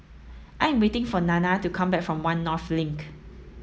I am waiting for Nana to come back from One North Link